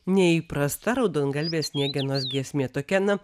neįprasta raudongalvės sniegenos giesmė tokia na